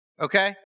Okay